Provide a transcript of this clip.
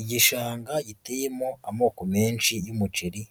Igishanga giteyemo amoko menshi y'umuceri,